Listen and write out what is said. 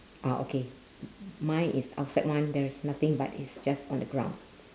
orh okay mine is outside [one] there is nothing but it's just on the ground